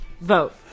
Vote